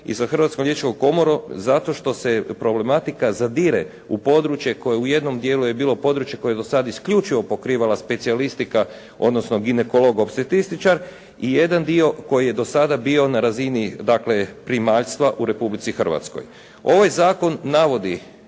i sa Hrvatskom liječničkom komorom zato što se problematika zadire u područje koje u jednom dijelu je bilo područje koje je do sad isključivo pokrivala specijalistika odnosno ginekolog opstetističar i jedan dio koji je do sada bio na razini dakle primaljstva u Republici Hrvatskoj. Ovaj zakon navodi